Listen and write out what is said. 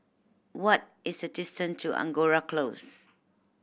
what is the distance to Angora Close